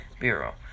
Bureau